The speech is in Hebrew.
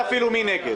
אין לי מחשב